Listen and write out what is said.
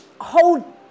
hold